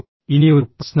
ഇനിയൊരു പ്രശ്നവുമില്ല